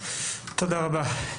תודה רבה.